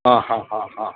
ಹಾಂ ಹಾಂ ಹಾಂ ಹಾಂ